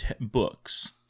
books